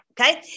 Okay